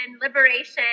liberation